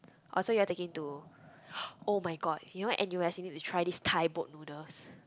oh so you all taking to [oh]-my-god you know N_U_S you need to try this Thai boat noodles